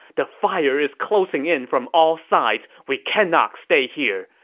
the fire is closing in from all sides we cannot stay here.